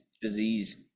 disease